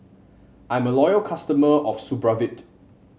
I'm a loyal customer of Supravit